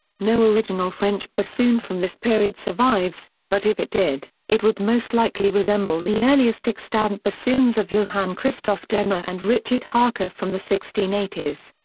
no original french bassoon from this period survives, but if it did, it would most likely resemble the earliest extant bassoons of johann christoph denner and richard haka from the sixteen eighty s.